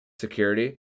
security